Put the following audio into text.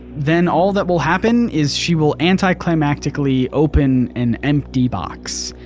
then all that will happen is she will anticlimactically open an empty box.